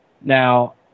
Now